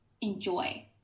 enjoy